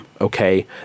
Okay